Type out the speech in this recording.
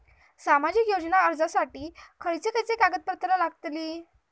सामाजिक योजना अर्जासाठी खयचे खयचे कागदपत्रा लागतली?